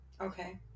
Okay